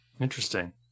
Interesting